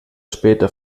später